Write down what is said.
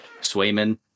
Swayman